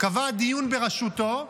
קבע דיון בראשותו,